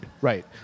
Right